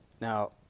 Now